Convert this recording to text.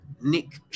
Nick